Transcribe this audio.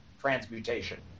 transmutation